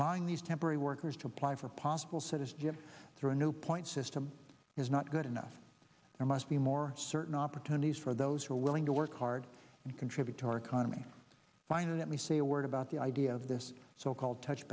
lying these temporary workers to apply for possible citizenship through a new point system is not good enough or must be more certain opportunities for those who are willing to work hard and contribute to our economy finally let me say a word about the idea of this so called